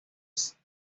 sri